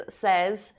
says